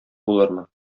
булырмын